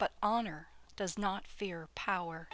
but honor does not fear power